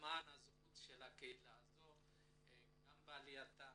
למען זכויות הקהילה האתיופית גם בעלייתה